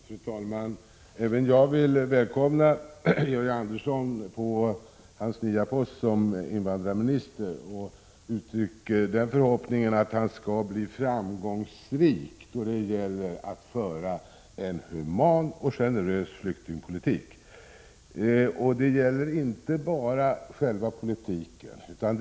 Fru talman! Även jag vill välkomna Georg Andersson till hans nya post som invandrarminister, och jag uttrycker förhoppningen att han skall bli framgångsrik då det gäller att föra en human och generös flyktingpolitik. Detta gäller inte bara själva politiken.